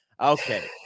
Okay